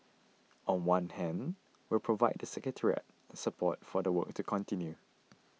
on one hand we'll provide the secretariat support for the work to continue